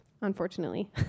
Unfortunately